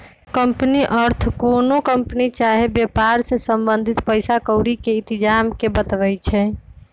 company अर्थ कोनो company चाही वेपार से संबंधित पइसा क्औरी के इतजाम के बतबै छइ